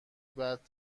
بعد